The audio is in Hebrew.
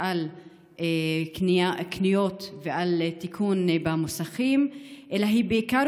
בקניות ובתיקון במוסכים אלא היא בעיקר,